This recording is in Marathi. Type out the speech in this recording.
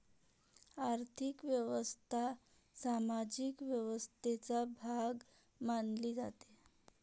आर्थिक व्यवस्था सामाजिक व्यवस्थेचा भाग मानली जाते